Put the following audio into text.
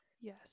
yes